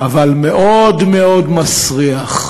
אבל מאוד מאוד מסריח.